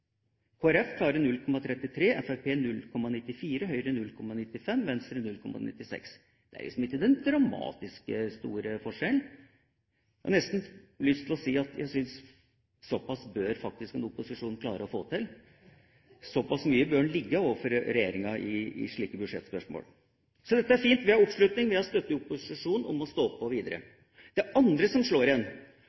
0,94 pst., Høyre 0,95 pst. og Venstre 0,96 pst. Det er ikke den dramatisk store forskjellen. Jeg har nesten lyst til å si at jeg syns såpass bør en opposisjon klare å få til, såpass mye bør en ligge over regjeringa i slike budsjettspørsmål. Så dette er fint! Vi har oppslutning, vi har støtte i opposisjonen til å stå på videre. Det andre som slår